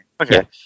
Okay